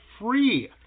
free